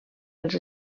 els